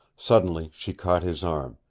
suddenly she caught his arm.